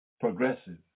progressive